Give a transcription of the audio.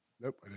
Nope